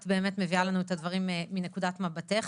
את באמת מביאה לנו את הדברים מנקודת מבטך.